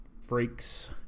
freaks